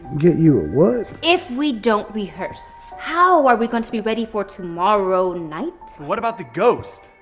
get you a what? if we don't rehearse. how are we gonna be ready for tomorrow night? what about the ghost?